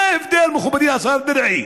מה ההבדל, מכובדי השר דרעי?